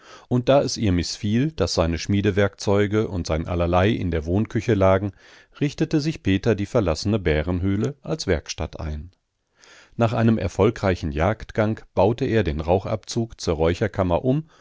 und da es ihr mißfiel daß seine schmiedewerkzeuge und sein allerlei in der wohnküche lagen richtete sich peter die verlassene bärenhöhle als werkstatt ein nach einem erfolgreichen jagdgang baute er den rauchabzug zur räucherkammer um